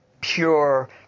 pure